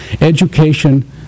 education